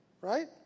Right